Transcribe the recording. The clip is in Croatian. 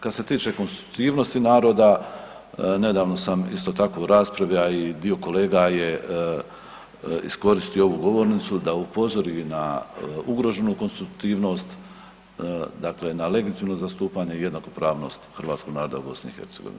Kad se tiče konstitutivnosti naroda nedavno sam isto tako u raspravi, a i dio kolega je iskoristio ovu govornicu da upozori na ugroženu konstitutivnost, dakle na legitimno zastupanje i jednakopravnost hrvatskog naroda u BiH.